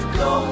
go